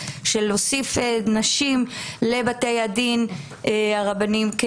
של להוסיף נשים לבתי הדין הרבניים,